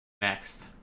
next